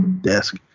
desk